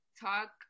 talk